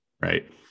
right